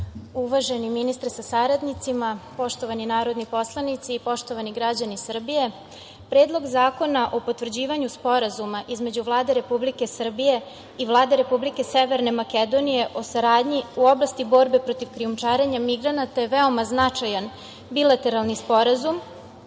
ministre sa saradnicima, poštovani narodni poslanici, poštovani građani Srbije, Predlog zakona o potvrđivanju Sporazuma između Vlade Republike Srbije i Vlade Republike Severne Makedonije o saradnji u oblasti borbe protiv krijumčarenja migranata je veoma značajan bilateralni sporazum